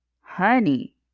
honey